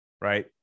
right